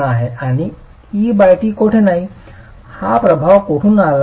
आणि et कोठे नाही हा प्रभाव कोठून आला आहे